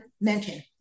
mention